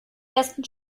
ersten